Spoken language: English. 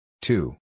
Two